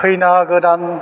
खैना गोदान